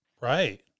Right